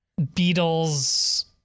Beatles